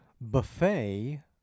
buffet